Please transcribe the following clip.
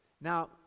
Now